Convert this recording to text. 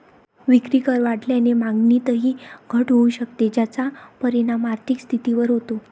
विक्रीकर वाढल्याने मागणीतही घट होऊ शकते, ज्याचा परिणाम आर्थिक स्थितीवर होतो